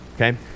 okay